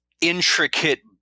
intricate